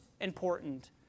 important